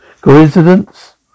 Coincidence